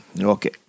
Okay